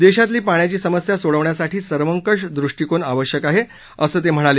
देशातली पाण्याची समस्या सोडवण्यासाठी सर्वकष दृष्टीकोन आवश्यक आहे असं ते म्हणाले